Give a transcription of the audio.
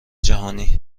جهانی